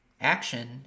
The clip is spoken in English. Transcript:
action